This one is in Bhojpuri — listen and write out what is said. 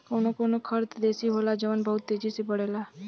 कवनो कवनो खर त देसी होला जवन बहुत तेजी बड़ेला